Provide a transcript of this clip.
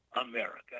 America